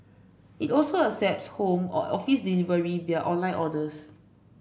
it also accepts home or office delivery via online orders